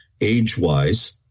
age-wise